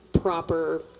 proper